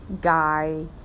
Guy